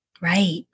Right